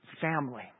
family